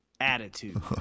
attitude